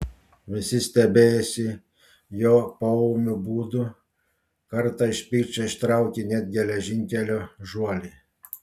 visi stebėjosi jo poūmiu būdu kartą iš pykčio ištraukė net geležinkelio žuolį